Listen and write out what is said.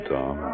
Tom